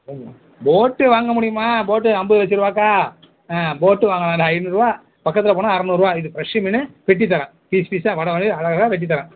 ம் போட் வாங்கமுடியுமா போட் ஐம்பது லட்ச ரூபாக்கா ஆ போட் வாங்கினா ஐநூறுருவா பக்கத்தில் போனால் அறநூறுருவா இது ஃபிரஷ் மீன் வெட்டி தரேன் பீஸ் பீஸாக வகை வகையாக அழகாக வெட்டி தரேன்